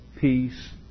peace